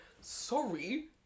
sorry